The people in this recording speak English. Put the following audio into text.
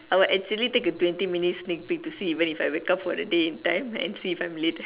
I will actually take a twenty minutes sneak peak to see if even I wake up for the day in time and see if I'm late